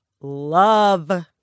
love